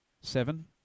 seven